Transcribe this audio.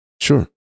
Sure